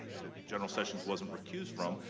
general sessions wasn't recused from.